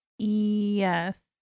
yes